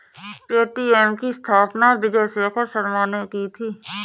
Paytm की स्थापना विजय शेखर शर्मा ने की थी